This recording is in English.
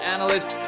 Analyst